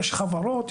יש חברות,